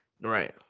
Right